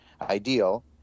ideal